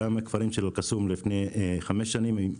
לפני חמש שנים,